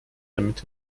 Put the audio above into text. damit